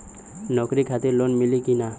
नौकरी खातिर लोन मिली की ना?